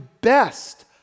best